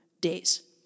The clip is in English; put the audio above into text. days